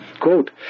Quote